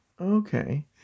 Okay